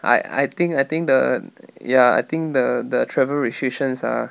I I think I think the ya I think the the travel restrictions ah